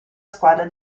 squadra